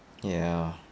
ya